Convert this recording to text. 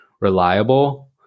reliable